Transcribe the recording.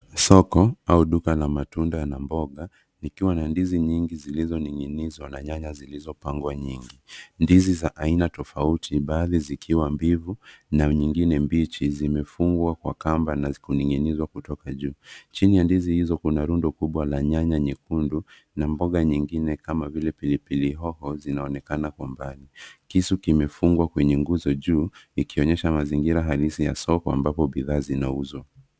Soko au duka la matunda yana mboga likiwa na ndizi nyingi zilizo ninginizwa na nyanya zilizo pangwa nyingi. Ndizi za aina tofauti baadhi zikiwa mbivu na nyingine mbichi zimefungwa kwa kamba na zikininizwa kutoka kwa juu. Chini ya ndzio hizo kuna rundo kubwa la nyanya nyekundu na mboga nyingine kama vile pilipili hoho zinaonekana kwa mbali. Kisu kime fungwa kwenye nguzo juu ikionyesha mazingira halisi ya soko ambapo bidhaa zinauzwa.